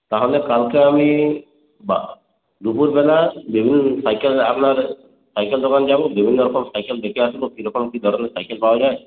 তাহলে কালকে আমি বা দুপুরবেলা যেখানে সাইকেল আপনার সাইকেল দোকান যাবো বিভিন্ন রকম সাইকেল দেখে আসবো কিরকম কি সাইকেল পাওয়া যায়